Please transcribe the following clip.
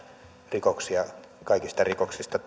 rikoksia kaikista rikoksista